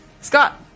Scott